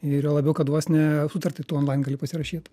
ir juo labiau kad vos ne sutartį tu onlain gali pasirašyt